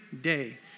day